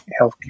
healthcare